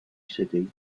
city